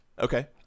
Okay